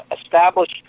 establish